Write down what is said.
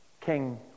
king